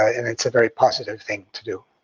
and it's a very positive thing to do.